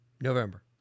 November